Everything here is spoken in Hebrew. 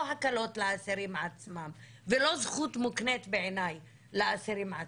הקלות לאסירים עצמם ולא זכות מוקנית בעיניי לאסירים עצמם.